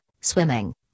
swimming